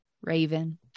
Raven